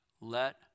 let